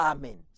Amen